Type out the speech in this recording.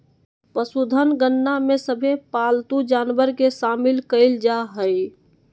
पशुधन गणना में सभे पालतू जानवर के शामिल कईल जा हइ